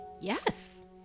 yes